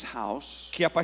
house